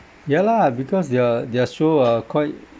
ya lah because their their show are quite